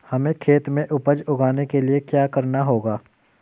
हमें खेत में उपज उगाने के लिये क्या करना होगा?